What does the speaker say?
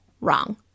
wrong